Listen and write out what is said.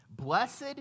Blessed